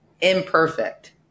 imperfect